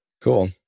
Cool